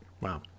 Wow